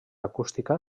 acústica